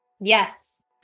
Yes